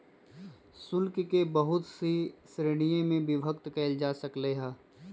शुल्क के बहुत सी श्रीणिय में विभक्त कइल जा सकले है